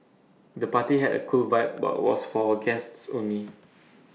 the party had A cool vibe but was for guests only